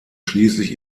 schließlich